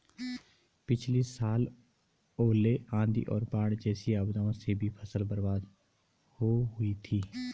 पिछली साल ओले, आंधी और बाढ़ जैसी आपदाओं से भी फसल बर्बाद हो हुई थी